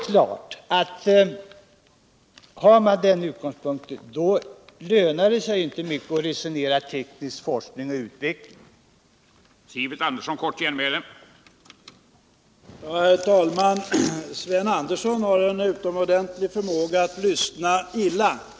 Från den utgångspunkten lönar det sig inte mycket att diskutera teknisk forskning och utveckling med honom.